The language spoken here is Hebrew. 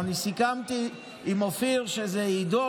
אני סיכמתי עם אופיר שזה יידון.